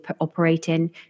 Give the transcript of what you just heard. operating